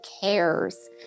cares